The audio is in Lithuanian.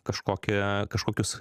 kažkokią kažkokius